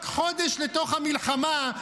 רק חודש לתוך המלחמה,